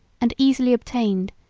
and easily obtained,